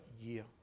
year